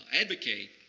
advocate